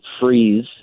freeze